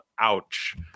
Ouch